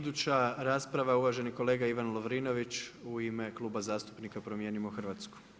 Iduća rasprava je uvaženi kolega Ivan Lovrinović u ime Kluba zastupnika Promijenimo Hrvatsku.